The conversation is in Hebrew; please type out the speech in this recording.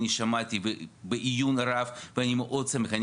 אני שמעתי בעיון רב ואני מאוד שמח.